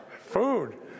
food